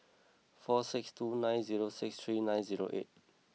four six two nine zero six three nine zero eight